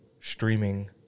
streaming